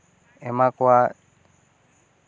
ᱮᱢᱟ ᱠᱚᱣᱟ